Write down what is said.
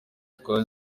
twa